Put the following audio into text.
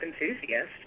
enthusiast